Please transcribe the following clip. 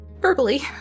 Verbally